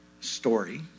story